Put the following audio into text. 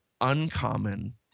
uncommon